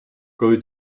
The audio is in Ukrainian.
коли